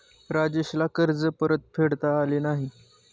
राजेशला कर्ज परतफेडता आले नाही